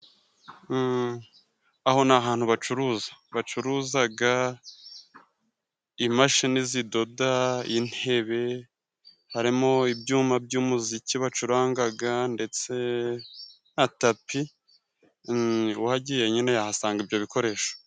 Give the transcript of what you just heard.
Aho ni ahantu bacuruza. Bacuruzaga imashini zidoda, intebe, harimo ibyuma by'umuziki bacurangaga, ndetse na tapi. Uhagiye nyine yahasanga ibyo bikoresho.